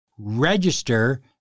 register